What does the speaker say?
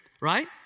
right